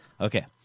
Okay